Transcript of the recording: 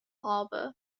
harbour